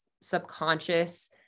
subconscious